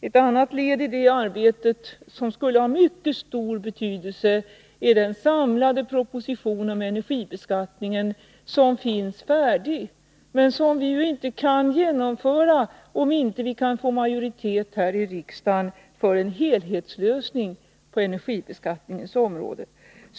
Ett annat led i det arbetet, som skulle ha mycket stor betydelse, är den samlade proposition om energibeskattningen som finns färdig, men som vi inte kan genomföra om vi inte kan få majoritet här i riksdagen för en helhetslösning på energibeskattningens område.